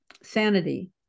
sanity